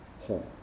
home